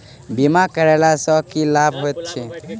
बीमा करैला सअ की लाभ होइत छी?